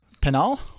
Penal